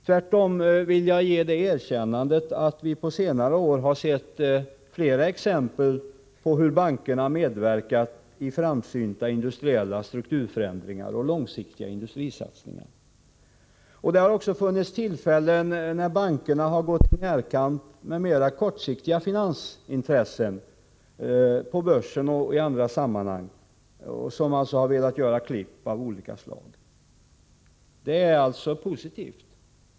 Tvärtom vill jag ge det erkännandet att vi på senare år har sett flera exempel på hur bankerna medverkat i framsynta industriella strukturförändringar och långsiktiga industrisatsningar. Det har också funnits tillfällen när bankerna gått i närkamp med mer kortsiktiga finansintressen på börsen och i andra sammanhang, intressen som velat göra klipp av olika slag. Det är alltså positivt.